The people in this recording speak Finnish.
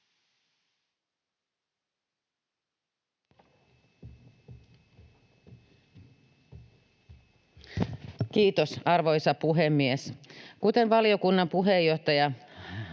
Kiitos, arvoisa puhemies! Kuten valiokunnan puheenjohtaja,